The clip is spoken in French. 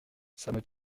tient